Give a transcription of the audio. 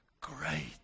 great